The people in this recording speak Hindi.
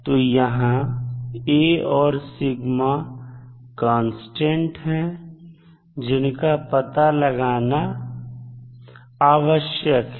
तो यहां A और σ कांस्टेंट है जिन का पता लगाना आवश्यक है